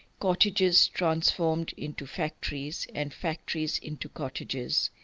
cottages transformed into factories and factories into cottages,